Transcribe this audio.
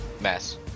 mess